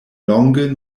longe